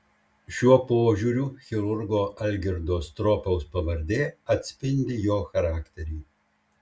šiuo požiūriu chirurgo algirdo stropaus pavardė atspindi jo charakterį